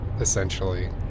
essentially